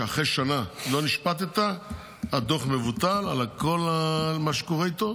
שאחרי שנה אם לא נשפטת הדוח מבוטל על כל מה שקורה איתו,